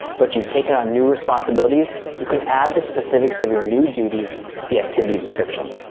but you've taken on new responsibilities, you can add the specifics of your new duties to the activity description.